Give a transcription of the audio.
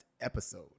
episode